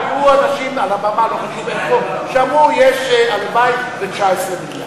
היו אנשים על הבמה שאמרו שהלוואי ש-19 מיליארד.